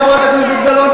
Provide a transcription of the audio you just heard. חברת הכנסת גלאון,